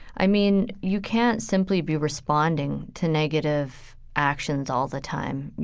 i mean, you can't simply be responding to negative actions all the time.